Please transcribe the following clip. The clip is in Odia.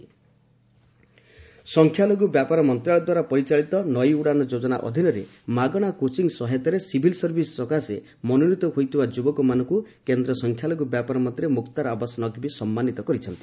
ସିଭିଲ୍ ସର୍ଭିସ୍ ନକ୍ଭୀ ସଂଖ୍ୟାଲଘୁ ବ୍ୟାପାର ମନ୍ତ୍ରଶାଳୟ ଦ୍ୱାରା ପରିଚାଳିତ 'ନୟି ଉଡ଼ାନ୍' ଯୋଜନା ଅଧୀନରେ ମାଗଣା କୋଟିଂ ସହାୟତାରେ ସିଭିଲ୍ ସର୍ଭିସ୍ ସକାଶେ ମନୋନୀତ ହୋଇଥିବା ଯୁବକମାନଙ୍କୁ କେନ୍ଦ୍ର ସଂଖ୍ୟାଲଘୁ ବ୍ୟାପାର ମନ୍ତ୍ରୀ ମୁକ୍ତାର ଆବାସ ନକ୍ଭୀ ସମ୍ମାନିତ କରିଛନ୍ତି